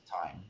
time